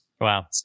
Wow